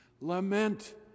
lament